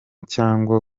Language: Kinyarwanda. cyangwa